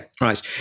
right